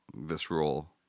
visceral